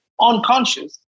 unconscious